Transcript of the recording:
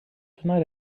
tonight